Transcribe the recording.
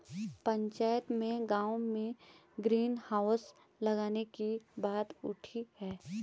पंचायत में गांव में ग्रीन हाउस लगाने की बात उठी हैं